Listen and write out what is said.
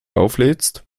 auflädst